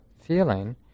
feeling